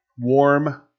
warm